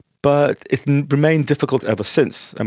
but it remained difficult ever since. and